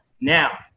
Now